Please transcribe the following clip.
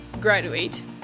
graduate